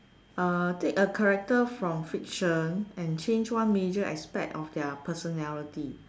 uh take a character from fiction and change one major aspect of their personality